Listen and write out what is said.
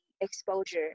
exposure